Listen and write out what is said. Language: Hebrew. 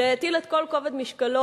שהטיל את כל כובד משקלו,